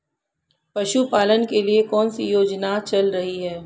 पशुपालन के लिए कौन सी योजना चल रही है?